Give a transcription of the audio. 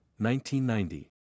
1990